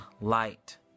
light